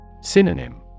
Synonym